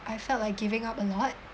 I felt like giving up a lot